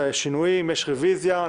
מבקש רביזיה.